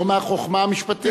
לא מהחוכמה המשפטית.